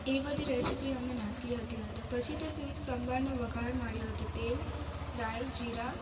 એ બધી રેસીપી અમે નાખી હતી અંદર પછી તે સંભારનો વઘાર માંડ્યો હતો તેલ રાઈ જીરા